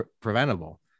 preventable